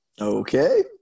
Okay